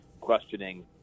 questioning